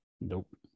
Nope